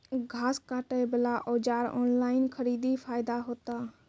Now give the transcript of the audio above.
घास काटे बला औजार ऑनलाइन खरीदी फायदा होता?